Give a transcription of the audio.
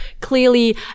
clearly